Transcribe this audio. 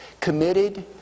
committed